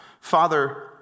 father